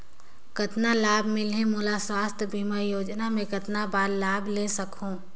कतना लाभ मिलही मोला? स्वास्थ बीमा योजना मे कतना बार लाभ ले सकहूँ?